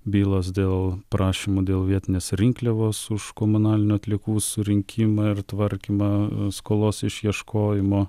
bylos dėl prašymo dėl vietinės rinkliavos už komunalinių atliekų surinkimą ir tvarkymą skolos išieškojimo